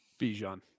Bijan